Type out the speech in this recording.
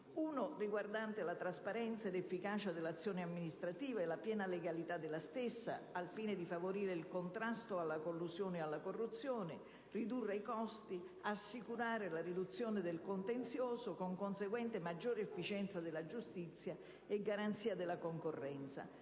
riguardante la trasparenza ed efficacia dell'azione amministrativa e la piena legalità della stessa al fine di favorire il contrasto alla collusione e alla corruzione, la riduzione dei costi assicurando la riduzione del contenzioso, con conseguente maggior efficienza della giustizia e garanzia della concorrenza,